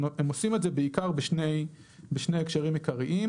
הם עושים את זה בעיקר בשני הקשרים עיקריים,